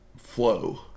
flow